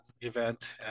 event